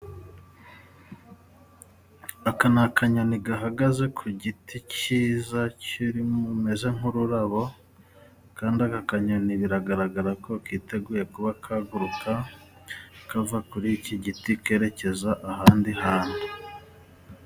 Aka ni akanyoni gahagaze ku giti cyiza kiri mumeze nk'ururabo, kandi aka kanyoni biragaragara ko kiteguye kuba kaguruka kava kuri iki giti kerekeza ahandi hantu.